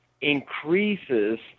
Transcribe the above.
increases